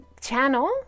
channel